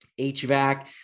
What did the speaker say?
hvac